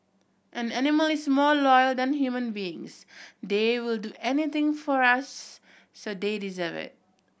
an animal is more loyal than human beings they will do anything for us so they deserve it